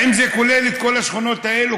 האם זה כולל את כל השכונות האלה,